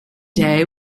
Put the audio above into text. day